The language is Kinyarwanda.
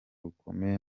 rukomeye